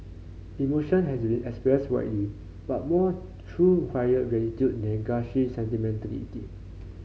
emotion has been expressed widely but more through quiet gratitude than gushy sentimentality